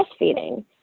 breastfeeding